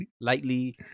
lightly